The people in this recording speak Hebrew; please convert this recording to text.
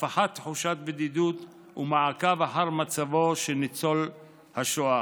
להפחית תחושת בדידות ולעקוב אחר מצבו של ניצול השואה.